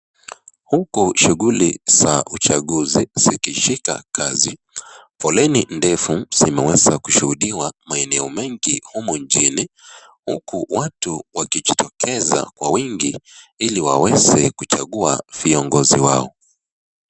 Huku shughuli za uchaguzi zikishika kasi, foleni ndefu zimeweza kushuhudiwa maeneo mengi humu nchini uku watu wakijitokeza kwa wingi ili waweze kuchagua viongozi wao.